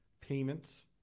payments